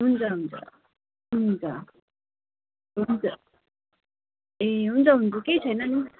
हुन्छ हुन्छ हुन्छ हुन्छ ए हुन्छ हुन्छ केही छैन नि